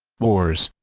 wars